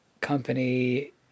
company